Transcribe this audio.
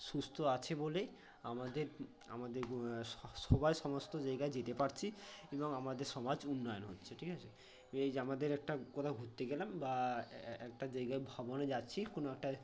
সুস্থ আছে বলেই আমাদের আমাদের সবাই সমস্ত জায়গায় যেতে পারছি এবং আমাদের সমাজ উন্নয়ন হচ্ছে ঠিক আছে এই যে আমাদের একটা কোথাও ঘুরতে গেলাম বা একটা জায়গায় ভবনে যাচ্ছি কোনো একটা